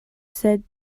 said